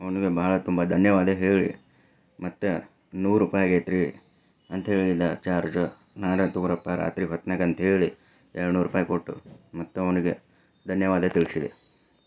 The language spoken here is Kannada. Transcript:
ಅವನಿಗೆ ಭಾಳ ತುಂಬ ಧನ್ಯವಾದ ಹೇಳಿ ಮತ್ತೆ ನೂರು ರೂಪಾಯಿ ಆಗೈತ್ರಿ ಅಂತ ಹೇಳಿದ ಚಾರ್ಜು ನಾನು ತಗೊರಪ್ಪ ರಾತ್ರಿ ಹೊತ್ನ್ಯಾಗ ಅಂತ ಹೇಳಿ ಎರಡುನೂರು ರೂಪಾಯಿ ಕೊಟ್ಟು ಮತ್ತವನಿಗೆ ಧನ್ಯವಾದ ತಿಳಿಸಿದೆ